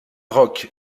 roc